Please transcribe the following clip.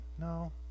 No